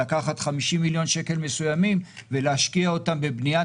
לקחת 50 מיליון שקל מסוימים ולהשקיע אותם בבניית